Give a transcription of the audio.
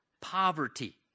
poverty